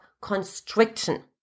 constriction